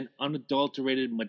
unadulterated